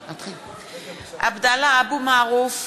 עבדאללה אבו מערוף,